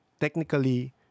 technically